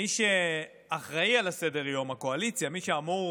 מי שאחראי לסדר-היום, הקואליציה, מי שאמור